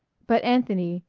but anthony,